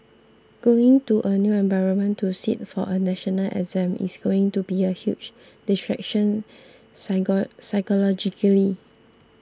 going to a new environment to sit for a national exam is going to be a huge distraction psycho psychologically